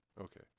Okay